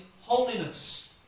Holiness